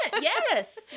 Yes